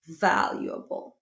valuable